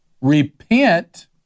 repent